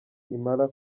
impala